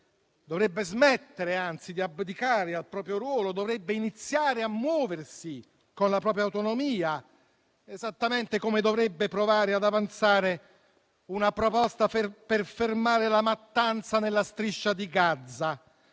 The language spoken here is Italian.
dovrebbe smettere, anzi, di abdicare al proprio ruolo e dovrebbe iniziare a muoversi con la propria autonomia, esattamente come dovrebbe provare ad avanzare una proposta per fermare la mattanza nella Striscia di Gaza,